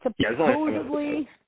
supposedly –